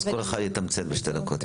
כל אחד יתמצת בשתי דקות.